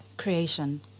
Creation